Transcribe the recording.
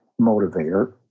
motivator